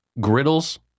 griddles